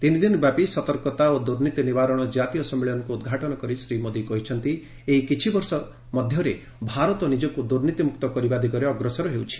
ତିନିଦିନ ବ୍ୟାପି ସତର୍କତା ଓ ଦୂର୍ନୀତି ନିବାରଣ ଜାତୀୟ ସମ୍ମିଳନୀକୁ ଉଦ୍ଘାଟନ କରି ଶ୍ରୀ ମୋଦୀ କହିଛନ୍ତି ଏଇ କିଛି ବର୍ଷ ମଧ୍ୟରେ ଭାରତ ନିଜକୁ ଦୁର୍ନୀତି ମୁକ୍ତ କରିବା ଦିଗରେ ଅଗ୍ରସର ହେଉଛି